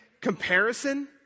comparison